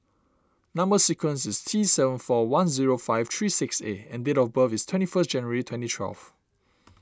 Number Sequence is T seven four one zero five three six A and date of birth is twenty first January twenty twelve